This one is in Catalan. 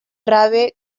rave